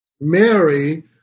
Mary